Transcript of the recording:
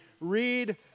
read